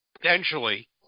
potentially